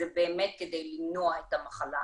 זה באמת כדי למנוע את המחלה.